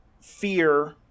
fear